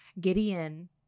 Gideon –